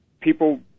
people